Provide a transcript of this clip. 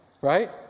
right